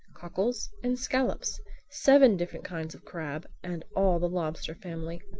cockles and scallops seven different kinds of crabs and all the lobster family.